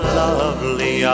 lovely